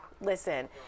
Listen